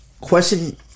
question